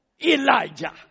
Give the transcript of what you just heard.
Elijah